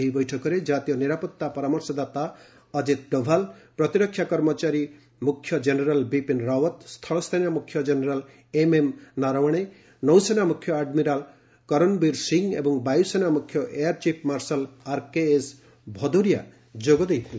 ଏହି ବୈଠକରେ ଜାତୀୟ ନିରାପତ୍ତା ପରାମର୍ଶଦାତା ଅଜିତ ଡୋଭାଲ ପ୍ରତିରକ୍ଷା କର୍ମଚାରୀ ମୁଖ୍ୟ ଜେନେରାଲ ବିପିନ ରାଓ୍ୱତ ସ୍ଥଳସେନା ମୁଖ୍ୟ ଜେନେରାଲ ଏମ୍ଏମ୍ ନାରାଓ୍ୱଣେ ନୌସେନା ମୁଖ୍ୟ ଆଡମିରାଲ କରନବୀର ସିଂହ ଏବଂ ବାୟୁସେନା ମୁଖ୍ୟ air chief marshal RKS Bhadauria ଯୋଗ ଦେଇଥିଲେ